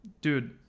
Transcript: dude